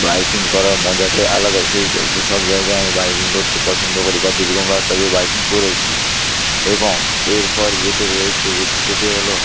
biking করার মজাটাই আলাদা সেই সব জায়গায় আমি বাইকিং করতে পছন্দ করি বা দুর্গম রাস্তা দিয়ে বাইকিং করেছি এবং এরপর যেটি রয়েছে সেটি হলো